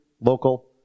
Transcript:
local